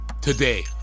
Today